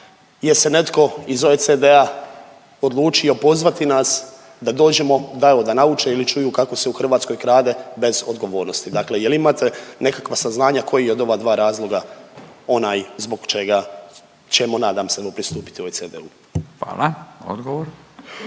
je se netko iz OECD-a odlučio pozvati nas da dođemo da evo da nauče ili čuju kako se u Hrvatskoj krade bez odgovornosti, dakle jel imate nekakva saznanja koji je od ova dva razloga onaj zbog čega ćemo nadam se pristupiti OECD-u? **Radin,